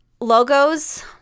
logos